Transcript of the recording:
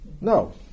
No